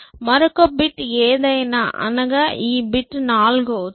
మరొక బిట్ ఏదైనా అనగా ఈ బిట్ 4 అవుతుంది